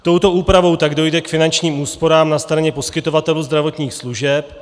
Touto úpravou tak dojde k finančním úsporám na straně poskytovatelů zdravotních služeb.